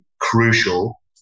crucial